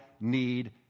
need